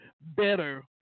better